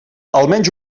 almenys